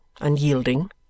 unyielding